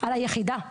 על היחידה,